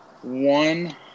One